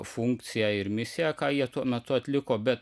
funkciją ir misiją ką jie tuo metu atliko bet